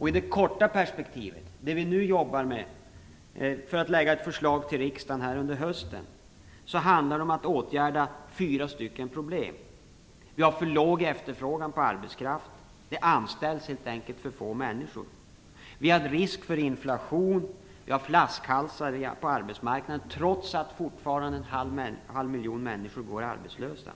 I det korta perspektivet - vilket vi nu jobbar med för att under hösten kunna lägga fram förslag för riksdagen - handlar det om att åtgärda fyra problem: 1. Vi har för liten efterfrågan på arbetskraft. Det anställs helt enkelt för få människor. 2. Det finns en risk för inflation. Vi har flaskhalsar på arbetsmarknaden, trots att 0,5 miljoner människor fortfarande går arbetslösa.